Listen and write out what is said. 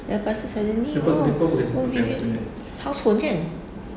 lepas tu suddenly oh vivian house tour kan